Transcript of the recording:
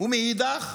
ומאידך,